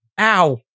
Ow